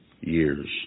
years